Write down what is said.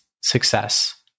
success